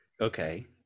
Okay